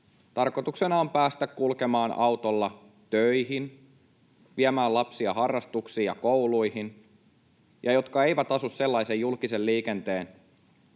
tarkoituksena on päästä kulkemaan autolla töihin ja viemään lapsia harrastuksiin ja kouluihin ja jotka eivät asu sellaisen julkisen liikenteen ulottuvilla,